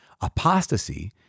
Apostasy